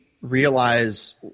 realize